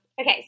okay